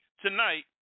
tonight